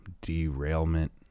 derailment